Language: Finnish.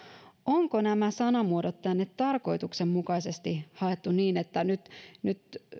onko nämä sanamuodot tänne tarkoituksenmukaisesti haettu niin että nyt nyt